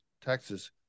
Texas